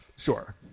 Sure